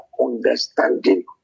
understanding